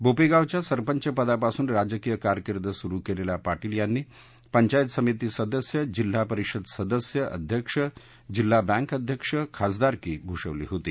बोपेगावच्या सरपंच पदापासून राजकीय कारकिद सुरु केलेल्या पाटील यांनी पंचायत समिती सदस्य जिल्हा परिषद सदस्य अध्यक्ष जिल्हा बँक अध्यक्ष खासदारकी भूषवली होती